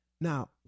Now